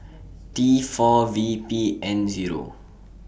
T four V P N Zero